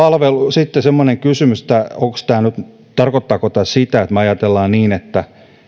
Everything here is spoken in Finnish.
sitten semmoinen kysymys että tarkoittaako tämä nyt sitä että me ajattelemme niin että